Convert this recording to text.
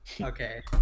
Okay